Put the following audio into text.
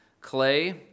clay